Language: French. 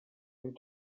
les